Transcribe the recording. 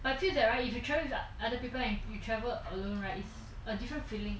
but I feel that right if you travel with other people and you travel alone right is a different feeling